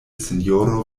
sinjoro